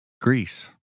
Greece